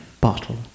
Bottle